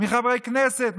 מחברי כנסת,